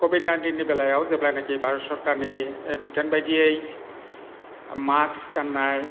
Covid नाइटिननि बेलायाव जेब्लानाखि भारत सरखारनि बिथोनबायदियै मास्क गाननाय